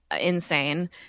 insane